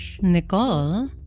Nicole